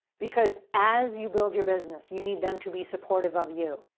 because as you build your business, you need them to be supportive of you.